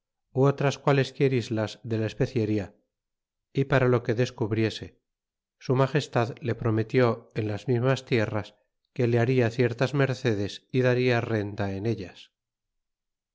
otras qualesquier islas de la especeria y para lo que descubriese su magestad le prometió en las mismas tierras que le baria ciertas mercedes y darla renta en ellas